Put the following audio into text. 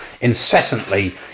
incessantly